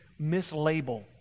mislabel